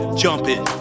jumping